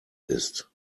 ist